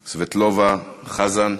סבטלובה, חזן.